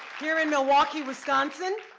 here in milwaukee, wisconsin.